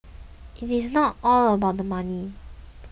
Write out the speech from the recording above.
it is not all about the money